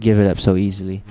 give it up so easily